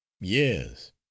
Yes